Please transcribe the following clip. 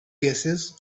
gases